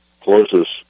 closest